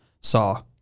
saw